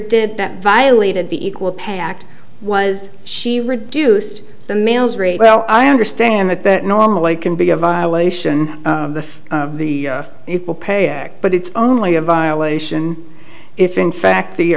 did that violated the equal pay act was she reduced the males well i understand that that normally can be a violation of the equal pay act but it's only a violation if in fact the